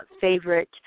favorite